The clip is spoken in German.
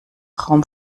raum